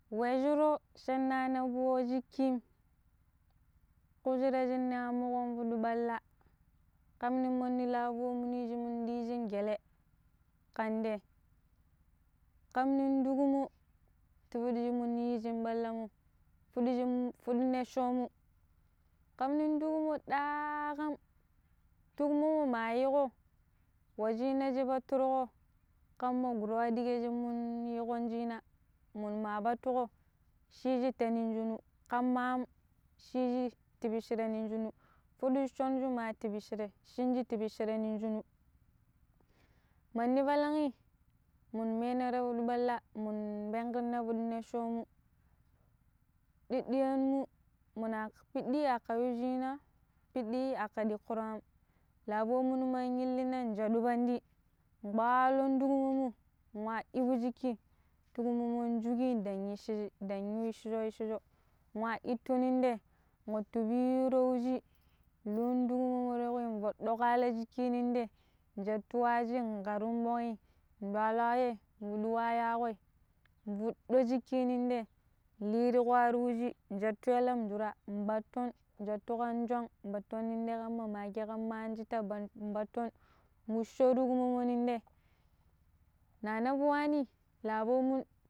wei shurum shanna nabu wei shikkim, kushira shin na anƙo kuɗu balla kam nin mandi lau ɓomuni shi mun dishi gelle kan dei kan nim dugumu ti pidi shi muni yishi balla mo fudishin fudu nessho mu kam nin turbo daaƙam, turbo mo ma yiƙo wa shina shin peturo kam man duro wa ɗige shi mu yiwo shina mun ma batuƙo shishi ta ni ninjunu kama maam shishi ti bishire nin junu fudu shonshu ma ti bishire shinji ti bishire ninjunu mandi balanyi munu menno ta bidi balla mun benƙurna mun nesshomo diddiyan mu muna pidi aka yu shina piddii aka dikuru am labonumo man illina ni jello pambi ballun tukumu wa ibu jiki turmumu juki dan yu ishi dn ishijo ishijo wa itu nin de watu biro wuji lun tumo wi re wi fodo kwala jikinin dai ki jattu waji n karun ɓong i dwala yei luluwa yaƙoi vutto jiki nin de li tuku arr wuji jattu yalam jura ɓatton jattu kan shọng battun nin de kamma maggi kamma anchitta ba-battun wuccho rukmowo nindai na nabu wani labomun